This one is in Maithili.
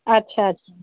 अच्छा अच्छा